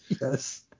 Yes